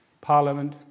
Parliament